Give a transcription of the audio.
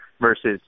versus